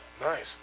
Nice